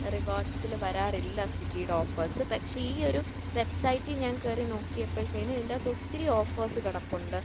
റിവാട്സിൽ വരാറില്ല സ്വിഗ്ഗിയുടെ ഓഫേർസ് പക്ഷെ ഈയൊരു വെബ്സൈറ്റിൽ ഞാൻ കയറി നോക്കിയപ്പോഴത്തേനും ഇതിൻ്റകത്തു ഒത്തിരി ഓഫേർസ് കിടപ്പുണ്ട്